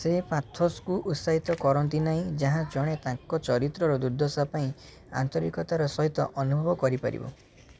ସେ ପାଥୋସକୁ ଉତ୍ସାହିତ କରନ୍ତି ନାହିଁ ଯାହା ଜଣେ ତାଙ୍କ ଚରିତ୍ରର ଦୁର୍ଦ୍ଦଶା ପାଇଁ ଆନ୍ତରିକତାର ସହିତ ଅନୁଭବ କରିପାରିବ